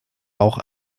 auch